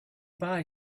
bye